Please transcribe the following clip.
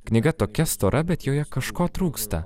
knyga tokia stora bet joje kažko trūksta